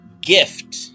gift